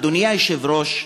אדוני היושב-ראש,